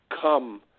come